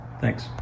thanks